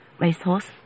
racehorse